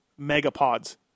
megapods